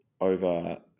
over